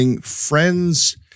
Friends